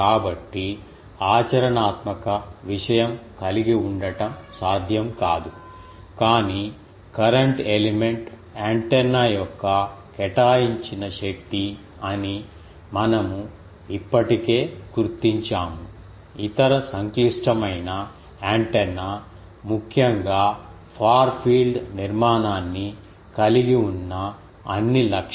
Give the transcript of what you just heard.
కాబట్టి ఆచరణాత్మక విషయం కలిగి ఉండటం సాధ్యం కాదు కానీ కరెంట్ ఎలిమెంట్ యాంటెన్నా యొక్క కేటాయించిన శక్తి అని మనము ఇప్పటికే గుర్తించాము ఇతర సంక్లిష్టమైన యాంటెన్నా ముఖ్యంగా ఫార్ ఫీల్డ్ నిర్మాణాన్ని కలిగి ఉన్న అన్ని లక్షణాలను ఇది చూపిస్తుంది